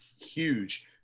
huge